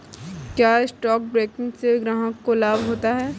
क्या stock broking से ग्राहक को लाभ होता है?